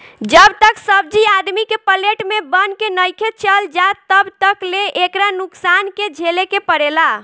जब तक सब्जी आदमी के प्लेट में बन के नइखे चल जात तब तक ले एकरा नुकसान के झेले के पड़ेला